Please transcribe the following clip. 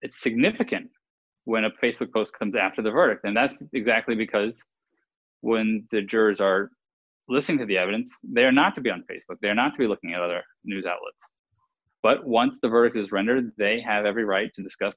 it's significant when a pace of growth comes after the verdict and that's exactly because when the jurors are listening to the evidence they're not to be on facebook they're not to be looking at other news outlets but once the verdict is rendered they have every right to discuss